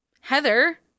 Heather